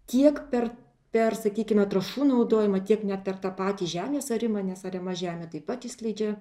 tiek per per sakykime trąšų naudojimą tiek net per tą patį žemės arimą nes ariama žemė taip išskleidžia